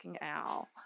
owl